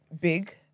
big